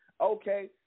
Okay